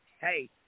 Hey